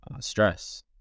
stress